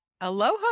Aloha